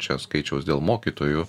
čia skaičiaus dėl mokytojų